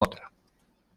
otra